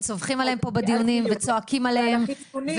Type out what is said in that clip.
צווחים עליהם פה בדיונים וצועקים עליהם.